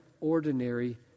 ordinary